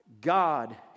God